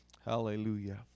Hallelujah